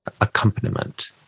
accompaniment